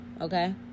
Okay